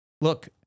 Look